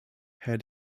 herr